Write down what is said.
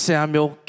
Samuel